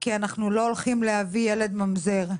כי אנחנו לא הולכים להביא ילד ממזר,